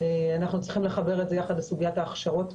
ואנחנו צריכים לחבר את זה יחד עם סוגיית ההכשרות.